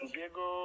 Diego